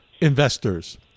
investors